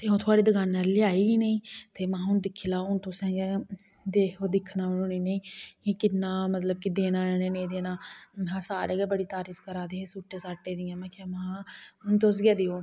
ते आंऊ थुआढ़ी दकाना रा लेई आई इनेंगी ते में हून दिक्खी लैओ हून तुसें गै दिक्खना हून इंनें गी एह् किन्ना मतलब देना इनेंगी जां नेईं देना सारे गै बड़ी तारीफ करा दे है सूटे साटे दियां में आक्खया में हा तुस गै देओ